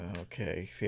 Okay